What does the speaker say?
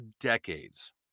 decades